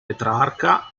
petrarca